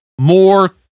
more